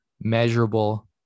measurable